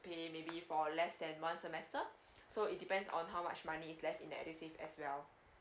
pay maybe for less than one semester so it depends on how much money is left in the edusave as well